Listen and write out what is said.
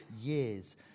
years